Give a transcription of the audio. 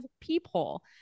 peephole